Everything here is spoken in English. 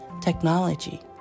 technology